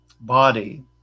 body